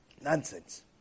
Nonsense